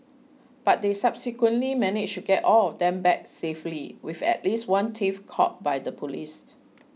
but they subsequently managed to get all of them back safely with at least one thief caught by the police